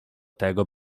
tego